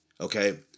okay